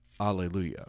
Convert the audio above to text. Alleluia